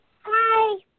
Hi